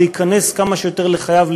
להיכנס כמה שיותר לחייו,